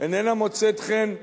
איננה מוצאת חן,